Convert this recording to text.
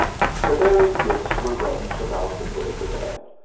the varied gifts were ranged about the foot of the bed,